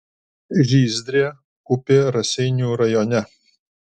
žyzdrė upė raseinių rajone